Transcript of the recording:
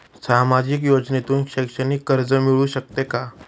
सामाजिक योजनेतून शैक्षणिक कर्ज मिळू शकते का?